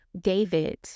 David